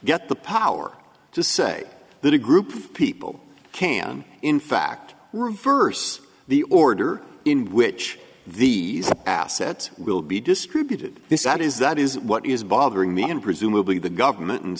get the power to say that a group of people can in fact reverse the order in which these assets will be distributed this out is that is what is bothering me and presumably the government and